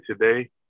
today